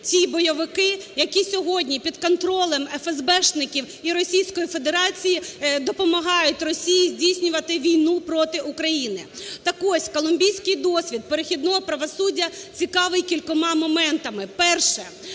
ті бойовики, які сьогодні під контролем феесбешників і Російської Федерації допомагають Росії здійснювати війну проти України. Так ось, колумбійський досвід перехідного правосуддя цікавий кількома моментами. Перше.